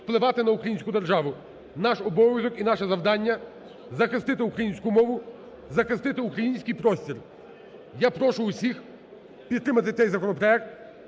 впливати на українську державу. Наш обов'язок і наше завдання – захистити українську мову, захистити український простір. Я прошу всіх підтримати цей законопроект.